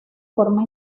forma